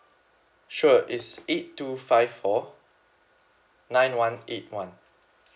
sure it's eight two five four nine one eight one